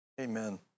Amen